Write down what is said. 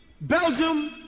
Belgium